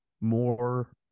more